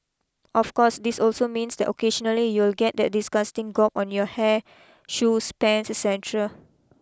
of course this also means that occasionally you'll get that disgusting gob on your hair shoes pants et cetera